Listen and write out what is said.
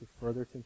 further